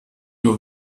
nur